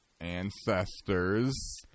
ancestors